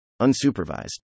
unsupervised